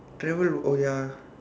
travel oh ya